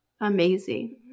Amazing